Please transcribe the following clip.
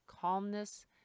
calmness